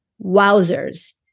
Wowzers